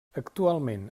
actualment